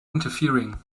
interfering